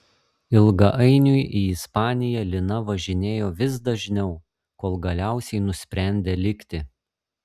ilgainiui į ispaniją lina važinėjo vis dažniau kol galiausiai nusprendė likti